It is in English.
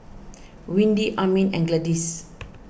Windy Amin and Gladyce